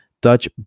Dutch